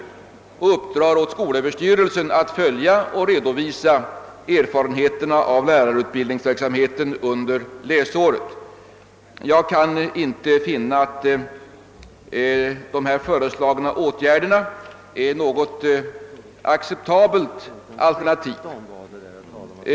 Det har vidare uppdragits åt skolöverstyrelsen att följa och redovisa erfarenheterna av lärarutbildningsverksamheten under läsåret. Jag kan inte finna att de föreslagna åtgärderna utgör något acceptabelt alternativ.